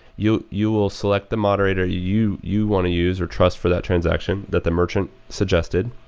you you will select the moderator you you want to use or trust for that transaction that the merchant suggested,